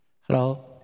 Hello